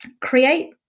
create